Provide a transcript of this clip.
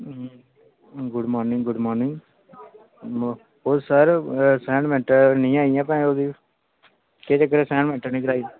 good morning good morning न ओह् sir असाइनमेंटा निं आइयां प ओह्दी केह् चक्कर ऐ असाइनमेंट निं कराई